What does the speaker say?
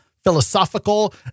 philosophical